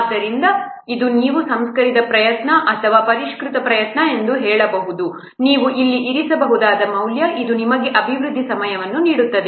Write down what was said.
ಆದ್ದರಿಂದ ಇದು ನೀವು ಸಂಸ್ಕರಿಸಿದ ಪ್ರಯತ್ನ ಅಥವಾ ಪರಿಷ್ಕೃತ ಪ್ರಯತ್ನ ಎಂದು ಹೇಳಬಹುದು ನೀವು ಇಲ್ಲಿ ಇರಿಸಬಹುದಾದ ಮೌಲ್ಯ ಇದು ನಿಮಗೆ ಅಭಿವೃದ್ಧಿ ಸಮಯವನ್ನು ನೀಡುತ್ತದೆ